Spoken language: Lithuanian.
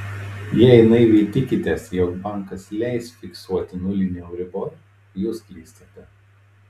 jei naiviai tikitės jog bankas leis fiksuoti nulinį euribor jūs klystate